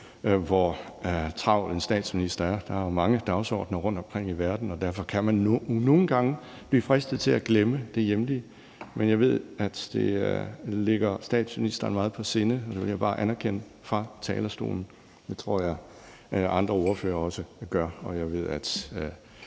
hvor travl en statsminister er. Der er jo mange dagsordener rundtomkring i verden, og derfor kan man nogle gange blive fristet til at glemme det hjemlige, men jeg ved, at det ligger statsministeren meget på sinde – det vil jeg bare anerkende fra talerstolen – og det tror jeg at andre ordførere også gør, og jeg ved, at